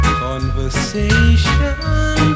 conversation